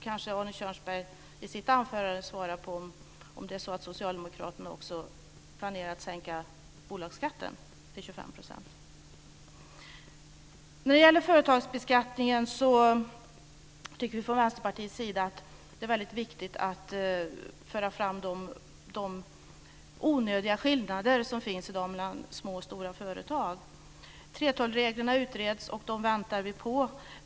Kanske kan Arne Kjörnsberg i sitt anförande svara på om socialdemokraterna också planerar att sänka bolagsskatten till 25 %. När det gäller företagsbeskattningen tycker vi från Vänsterpartiets sida att det är viktigt att påtala de onödiga skillnader som finns mellan små och stora företag. 3:12-reglerna är under utredning, och vi väntar på resultatet.